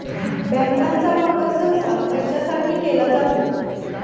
बँकांचा वापर सहसा पैशासाठी केला जातो